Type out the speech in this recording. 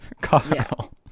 Carl